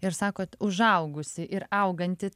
ir sakot užaugusi ir auganti